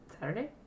Saturday